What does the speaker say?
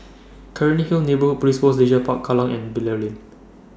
Cairnhill Neighbour Police Post Leisure Park Kallang and Bilal Lane